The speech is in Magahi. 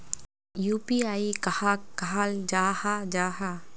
यु.पी.आई कहाक कहाल जाहा जाहा?